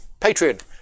Patreon